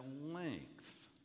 length